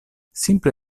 simple